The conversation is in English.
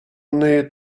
need